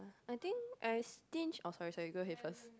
I think I stinge oh sorry sorry you go ahead first